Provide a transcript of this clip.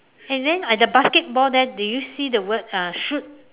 and then at the basketball there do you see the word uh shoot